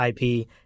IP